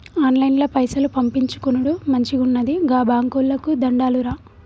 ఆన్లైన్ల పైసలు పంపిచ్చుకునుడు మంచిగున్నది, గా బాంకోళ్లకు దండాలురా